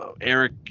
Eric